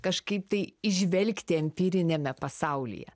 kažkaip tai įžvelgti empiriniame pasaulyje